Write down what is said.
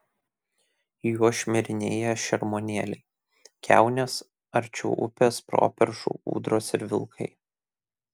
juo šmirinėja šermuonėliai kiaunės arčiau upės properšų ūdros ir vilkai